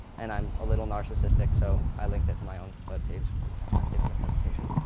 and i'm a little narcissistic, so i linked it to my own web page, because i'm giving the presentation.